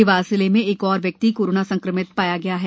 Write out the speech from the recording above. देवास जिले में एक और व्यक्ति करोना संक्रमित हो गया हैं